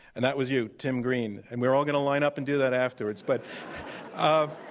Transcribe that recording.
and that was you, tim green. and we're all going to line up and do that afterwards, but um